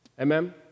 Amen